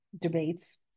debates